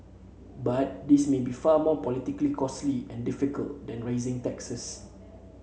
but this may be far more politically costly and difficult than raising taxes